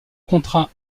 contrat